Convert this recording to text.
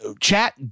chat